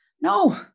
No